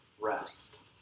rest